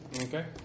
Okay